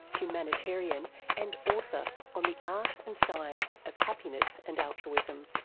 humanitarian and author on the art and science of happiness and altruism.